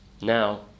Now